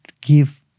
give